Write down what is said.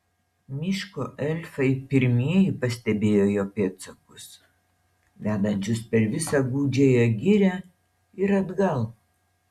miško elfai pirmieji pastebėjo jo pėdsakus vedančius per visą gūdžiąją girią ir atgal